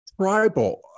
tribal